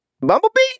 Bumblebee